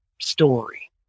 story